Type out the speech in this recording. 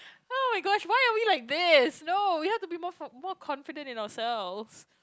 oh my gosh why will you like this no you have to be more more confident in ourselves